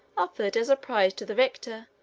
offered, as a prize to the victor,